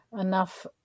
enough